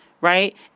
Right